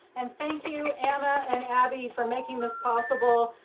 and thank you, anna and abby for making this possible.